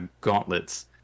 gauntlets